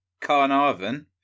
Carnarvon